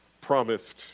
promised